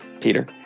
Peter